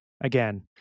again